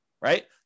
right